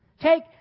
Take